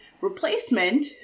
replacement